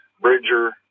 Bridger